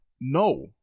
No